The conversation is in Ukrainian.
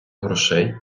грошей